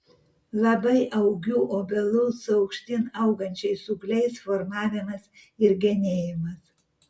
labai augių obelų su aukštyn augančiais ūgliais formavimas ir genėjimas